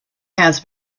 has